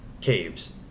Caves